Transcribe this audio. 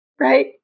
Right